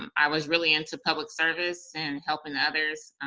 um i was really into public service and helping others,